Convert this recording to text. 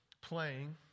playing